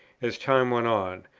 as time went on,